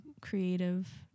creative